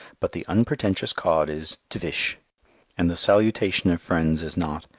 but the unpretentious cod is t' fish and the salutation friends is not,